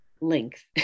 length